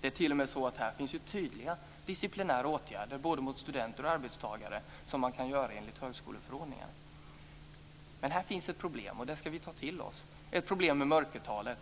Det är t.o.m. så att här finns det tydliga disciplinära åtgärder, både mot studenter och arbetstagare som man kan vidta enligt högskoleförordningen. Men här finns ett problem, och det ska vi ta till oss. Problemet gäller mörkertalet.